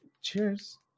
Cheers